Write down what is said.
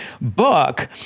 book